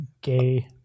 Gay